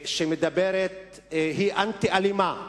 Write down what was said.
היא אנטי-אלימה,